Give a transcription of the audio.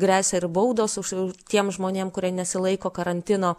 gresia ir baudos už už tiem žmonėm kurie nesilaiko karantino